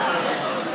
שרן השכל,